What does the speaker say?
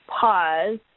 pause